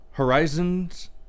Horizons